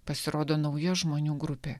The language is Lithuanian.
pasirodo nauja žmonių grupė